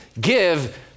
Give